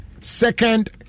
Second